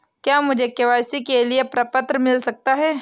क्या मुझे के.वाई.सी के लिए प्रपत्र मिल सकता है?